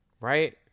right